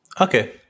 Okay